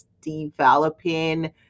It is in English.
developing